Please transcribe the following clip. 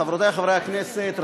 חברותי וחברי חברי הכנסת,